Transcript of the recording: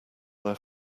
there